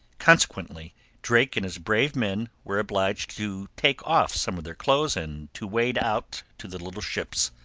consequently drake and his brave men were obliged to take off some of their clothes and to wade out to the little ships.